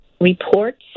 reports